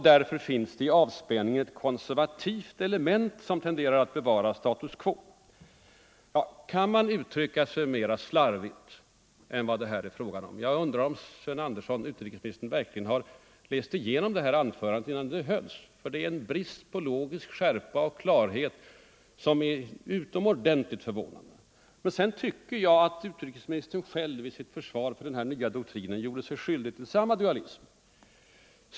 Därför finns det i avspänningen ett konservativt element, som tenderar att bevara status quo ———.” Kan någon uttrycka sig mera slarvigt än vad herr Lidbom här gjort? Jag undrar om utrikesministern Sven Andersson verkligen har läst igenom anförandet innan det hölls. Det företer en brist på logisk skärpa och klarhet som är utomordentligt förvånande. Jag tycker att utrikesministern själv i sitt försvar för den nya doktrinen gjorde sig skyldig till den dualism som jag här kritiserat.